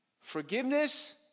Forgiveness